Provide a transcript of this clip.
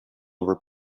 over